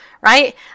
right